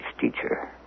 teacher